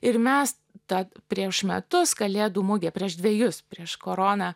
ir mes tą prieš metus kalėdų mugę prieš dvejus prieš koroną